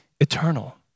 eternal